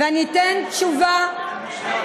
ואני אתן תשובה, מירי,